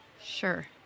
Sure